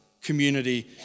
community